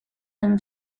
them